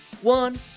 one